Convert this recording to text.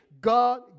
God